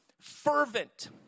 fervent